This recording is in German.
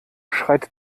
schreit